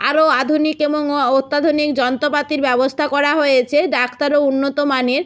আরো আধুনিক এবং ও অত্যাধুনিক যন্ত্রপাতির ব্যবস্থা করা হয়েছে ডাক্তারও উন্নতমানের